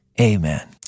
amen